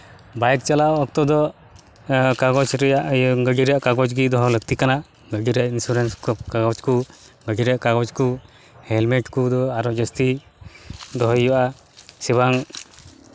bike ᱪᱟᱞᱟᱣ ᱚᱠᱛᱚ ᱫᱚ ᱠᱟᱜᱚᱡᱽ ᱨᱮᱭᱟᱜ ᱤᱭᱟᱹ ᱜᱟᱹᱰᱤ ᱨᱮᱭᱟᱜ ᱠᱟᱜᱚᱡᱽ ᱜᱮ ᱫᱚᱦᱚ ᱞᱟᱹᱠᱛᱤ ᱠᱟᱱᱟ ᱱᱤᱡᱮᱨᱟᱜ ᱤᱱᱥᱩᱨᱮᱱᱥ ᱠᱟᱜᱚᱡᱽ ᱠᱚ ᱜᱟᱹᱰᱤ ᱨᱮᱭᱟᱜ ᱠᱟᱜᱚᱡᱽ ᱠᱚ ᱦᱮᱞᱢᱮᱴ ᱠᱚᱫᱚ ᱟᱨᱦᱚᱸ ᱡᱟᱹᱥᱛᱤ ᱫᱚᱦᱚᱭ ᱦᱩᱭᱩᱜᱼᱟ ᱥᱮ ᱵᱟᱝ